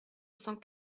cent